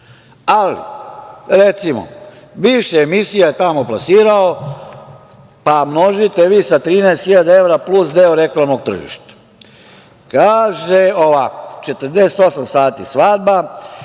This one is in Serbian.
sve. Ali, recimo, više emisija je tamo plasirao, pa množite vi sa 13.000 evra plus deo reklamnog tržišta, kaže ovako: „48 sati svadba“